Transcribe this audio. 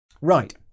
Right